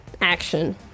action